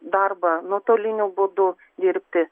darbą nuotoliniu būdu dirbti